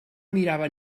mirava